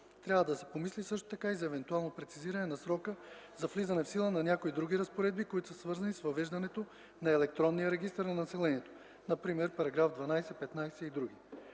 Трябва да се помисли също така и за евентуално прецизиране на срока за влизане в сила на някои други разпоредби, които са свързани с въвеждането на електронния регистър на населението – например параграфи 12, 15 и др.